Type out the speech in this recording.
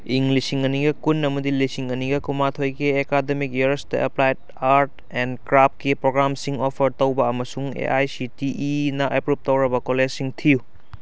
ꯏꯪ ꯂꯤꯁꯤꯡ ꯑꯅꯤꯒ ꯀꯨꯟ ꯑꯃꯗꯤ ꯂꯤꯁꯤꯡ ꯑꯅꯤꯒ ꯀꯨꯟꯃꯥꯊꯣꯏꯒꯤ ꯑꯦꯀꯥꯗꯃꯤꯛ ꯏꯌꯔꯁꯗ ꯑꯦꯄ꯭ꯂꯥꯏꯠ ꯑꯥꯔꯠ ꯑꯦꯟ ꯀ꯭ꯔꯥꯞꯀꯤ ꯄ꯭ꯔꯣꯒꯥꯝꯁꯤꯡ ꯑꯣꯐꯔ ꯇꯧꯕ ꯑꯃꯁꯨꯡ ꯑꯦ ꯑꯥꯏ ꯁꯤ ꯇꯤ ꯏꯅ ꯑꯦꯄ꯭ꯔꯨꯞ ꯇꯧꯔꯕ ꯀꯣꯂꯦꯖꯁꯤꯡ ꯊꯤꯌꯨ